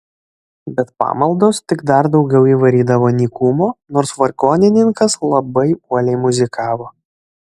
bet pamaldos tik dar daugiau įvarydavo nykumo nors vargonininkas labai uoliai muzikavo